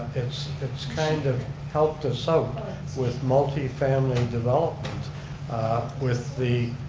it's it's kind of helped us out with multifamily developments with the